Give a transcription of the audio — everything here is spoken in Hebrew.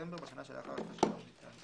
בדצמבר בשנה שלאחר השנה שבה הוא ניתן.